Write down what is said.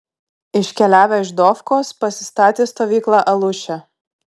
iškeliavę iš dofkos pasistatė stovyklą aluše